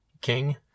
King